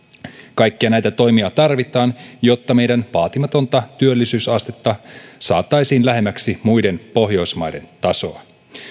kaikkia näitä toimia tarvitaan jotta meidän vaatimatonta työllisyysastetta saataisiin lähemmäksi muiden pohjoismaiden tasoa